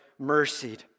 mercied